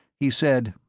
he said,